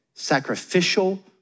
sacrificial